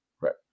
Right